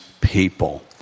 people